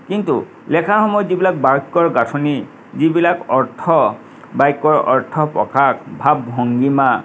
কিন্ত লেখাৰ সময়ত যিবিলাক বাক্যৰ গাঁঠনি যিবিলাক অৰ্থ বাক্যৰ অৰ্থ প্ৰকাশ ভাৱ ভঙ্গীমা